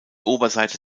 oberseite